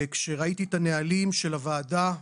כשראיתי את הנהלים של הוועדה,